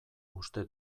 uste